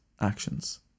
actions